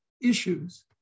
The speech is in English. issues